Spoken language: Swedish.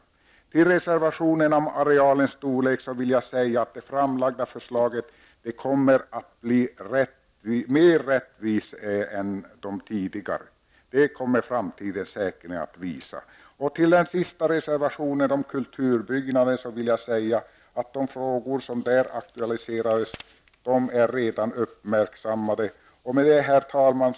När det gäller reservationerna om arealens storlek vill jag säga att det framlagda förslaget kommer att bli mer rättvist än de tidigare. Det kommer framtiden säkerligen att utvisa. Till reservation nr 10 om kulturbyggnader, den sista reservationen, vill jag säga att det frågor som där auktualiseras redan är uppmärksammade. Herr talman!